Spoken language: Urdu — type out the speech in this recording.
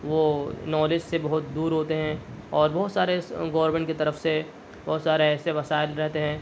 وہ نالج سے بہت دور ہوتے ہیں اور بہت سارے گومینٹ کی طرف سے بہت سارے ایسے وسائل رہتے ہیں